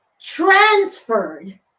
transferred